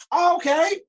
Okay